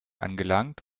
angelangt